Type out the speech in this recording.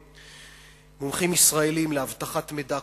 שהם מומחים ישראלים לאבטחת מידע,